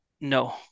No